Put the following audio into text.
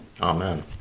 Amen